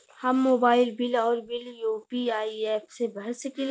हम mobile bill और bill UPI app से भर सकिला